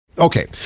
Okay